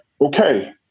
okay